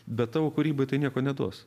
bet tavo kūrybai tai nieko neduos